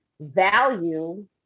value